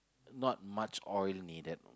not much oil needed